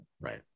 Right